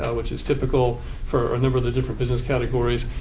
ah which is typical for a number of the different business categories.